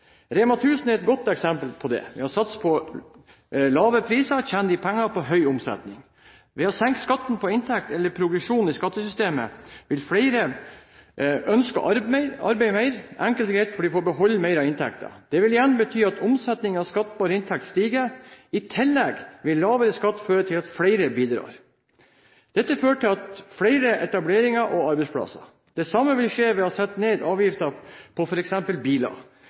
REMA 1000 er et godt eksempel på det. Ved å satse på lave priser tjener de penger på høy omsetning. Ved å senke skatten på inntekt eller progresjon i skattesystemet vil flere ønske å arbeide mer – enkelt og greit fordi de får beholde mer av inntekten. Det vil igjen bety at omsetningen av skattbar inntekt stiger, i tillegg vil lavere skatt føre til at flere bidrar. Dette fører til flere etableringer og arbeidsplasser. Det samme vil skje ved å sette ned avgifter på f.eks. biler.